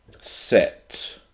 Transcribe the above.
set